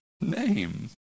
name